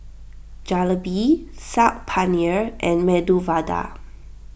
Jalebi Saag Paneer and Medu Vada